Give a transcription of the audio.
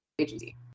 agency